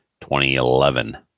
2011